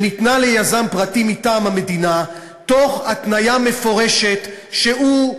שניתנה ליזם פרטי מטעם המדינה תוך התניה מפורשת שהוא,